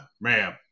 ma'am